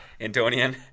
Antonian